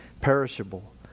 perishable